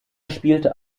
spielte